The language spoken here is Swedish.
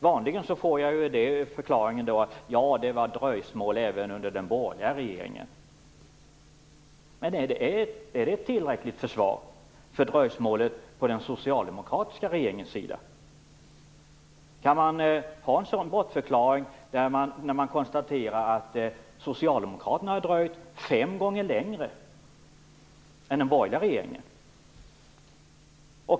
Vanligen får jag förklaringen att det var dröjsmål även under den borgerliga regeringen, men är det ett tillräckligt försvar för dröjsmålet från den socialdemokratiska regeringens sida? Kan man ha en sådan bortförklaring när man konstaterar att Socialdemokraterna har dröjt fem gånger längre än den borgerliga regeringen?